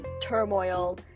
turmoil